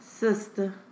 Sister